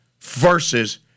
versus